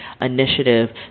initiative